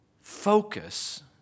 focus